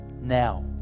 now